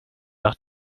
nach